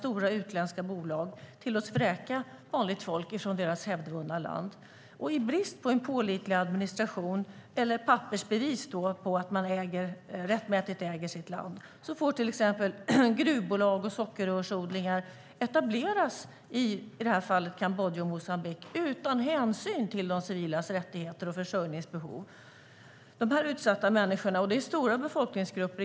Stora utländska bolag tillåts vräka vanligt folk från deras hävdvunna land. I brist på en pålitlig administration eller pappersbevis på att de rättmätigt äger land får till exempel gruvbolag och sockerrörsodlingar i det här fallet etablera sig i Kambodja och Moçambique utan hänsyn till de civilas rättigheter och försörjningsbehov. Det är stora befolkningsgrupper.